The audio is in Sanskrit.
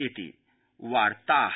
इति वार्ता